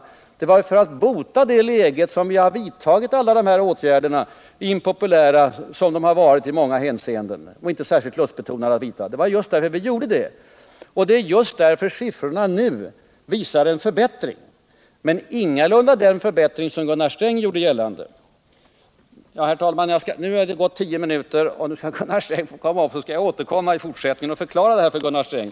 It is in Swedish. Det har varit för att bota det läget som vi har vidtagit alla dessa åtgärder — impopulära sådana och inte särskilt lustbetonade att vidta. Det är för att vi gjort detta som siffrorna nu visar en förbättring, men ingalunda den förbättring som Gunnar Sträng gjorde gällande. Herr talman! Nu har det gått tio minuter, och nu skall Gunnar Sträng få komma upp i talarstolen. Sedan skall jag återkomma och fortsätta att förklara det här för Gunnar Sträng.